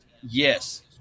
yes